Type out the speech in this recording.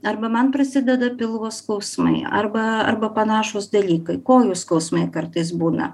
arba man prasideda pilvo skausmai arba arba panašūs dalykai kojų skausmai kartais būna